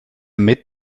mit